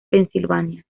pensilvania